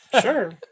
Sure